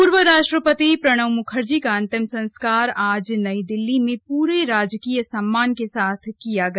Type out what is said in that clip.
पूर्व राष्ट्रपति प्रणब मुखर्जी का अंतिम संस्कार आज नई दिल्ली में पूरे राजकीय सम्मान के साथ किया गया